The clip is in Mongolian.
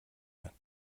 байна